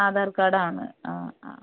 ആധാർ കാഡാണ് ആ അ